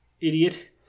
Idiot